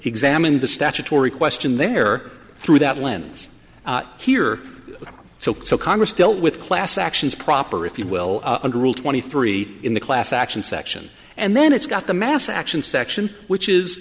examined the statutory question there through that lens here so congress dealt with class actions proper if you will a group twenty three in the class action section and then it's got the mass action section which is